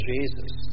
Jesus